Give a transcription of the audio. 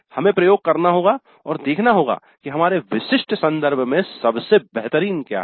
हमें प्रयोग करना होगा और देखना होगा कि हमारे विशिष्ट संदर्भ में सबसे बेहतरीन क्या है